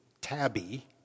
Tabby